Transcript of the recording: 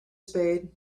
spade